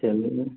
चलिए